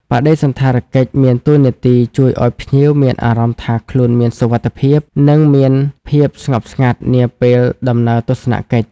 បដិសណ្ឋារកិច្ចមានតួនាទីជួយឲ្យភ្ញៀវមានអារម្មណ៍ថាខ្លួនមានសុវត្ថិភាពនិងមានភាពស្ងប់ស្ងាត់នាពេលដំណើរទស្សនកិច្ច។